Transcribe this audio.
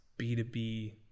B2B